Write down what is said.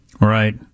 Right